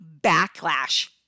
backlash